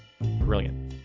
brilliant